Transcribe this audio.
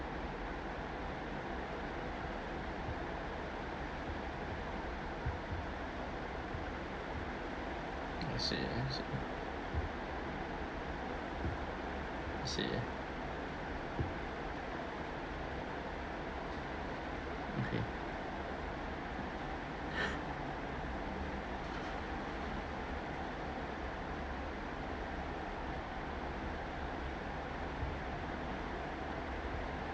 I see I see I see okay